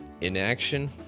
inaction